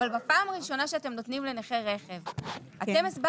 אבל בפעם הראשונה שאתם נותנים לנכה רכב,